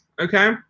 Okay